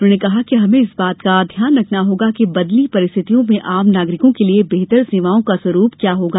उन्होंने कहा कि हमें इस बात का ध्यान रखना होगा कि बदली परिस्थितियों में आम नागरिकों के लिए बेहतर सेवाओं का स्वरूप क्या होगा